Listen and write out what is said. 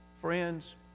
friends